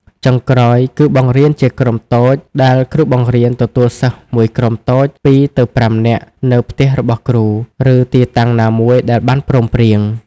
ចុងក្រោយ គឺបង្រៀនជាក្រុមតូច ដែលគ្រូបង្រៀនទទួលសិស្សមួយក្រុមតូច ២ទៅ៥ នាក់ នៅផ្ទះរបស់គ្រូ ឬទីតាំងណាមួយដែលបានព្រមព្រៀង។